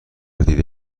دیده